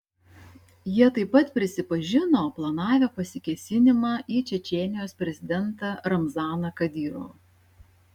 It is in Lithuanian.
jie taip pat prisipažino planavę pasikėsinimą į čečėnijos prezidentą ramzaną kadyrovą